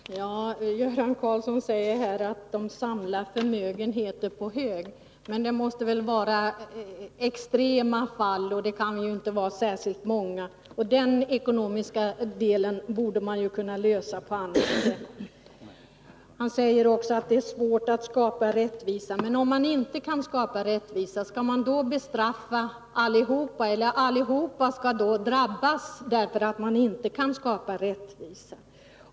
Herr talman! Göran Karlsson säger att pensionärerna samlar förmögenheter på hög. Men det måste väl vara i extrema fall, och de kan inte vara särskilt många. Den saken borde man kunna komma till rätta med på annat sätt. Han säger också att det är svårt att skapa rättvisa. Men om man inte kan skapa rättvisa, skall då alla drabbas av samma orättvisa?